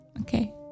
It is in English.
Okay